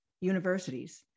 universities